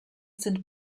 sind